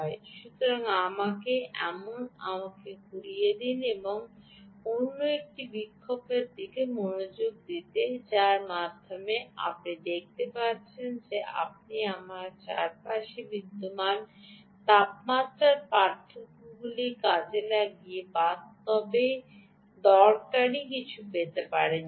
সুতরাং আমাকে এখন আমাকে ঘুরিয়ে দিন অন্য একটি বিক্ষোভের দিকে মনোযোগ দিন যার মাধ্যমে আপনি দেখতে পাচ্ছেন যে আপনি আমাদের চারপাশে বিদ্যমান তাপমাত্রার পার্থক্যগুলি কাজে লাগিয়ে বাস্তবে দরকারী কিছু পেতে পারেন কিনা